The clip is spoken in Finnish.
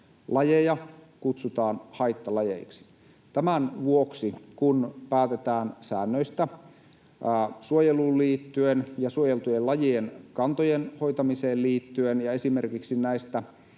lajeja kutsutaan haittalajeiksi. Tämän vuoksi, kun päätetään säännöistä suojeluun liittyen ja suojeltujen lajien kantojen hoitamiseen liittyen ja esimerkiksi eläimistä,